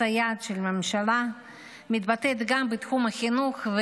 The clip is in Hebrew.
היד של הממשלה מתבטאת גם בתחום החינוך.